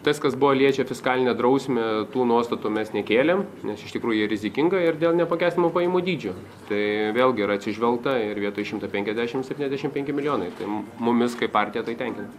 tas kas buvo liečia fiskalinę drausmę tų nuostatų mes nekėlėm nes iš tikrųjų ji rizikinga ir dėl neapmokestinamo pajamų dydžio tai vėlgi yra atsižvelgta ir vietoj šimto penkiasdešim septyniasdešim penki milijonai taim mumis kaip partiją tai tenkina